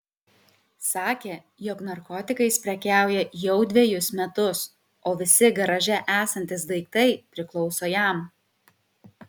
sakė jog narkotikais prekiauja jau dvejus metus o visi garaže esantys daiktai priklauso jam